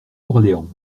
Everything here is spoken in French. orléans